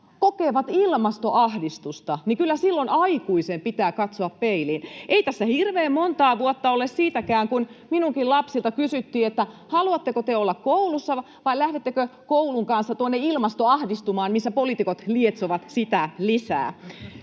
kokevat ilmastoahdistusta, niin kyllä silloin aikuisen pitää katsoa peiliin. Ei tässä hirveän monta vuotta ole siitäkään, kun minunkin lapsiltani kysyttiin, haluatteko te olla koulussa vai lähdettekö koulun kanssa tuonne ilmastoahdistumaan, missä poliitikot lietsovat sitä lisää.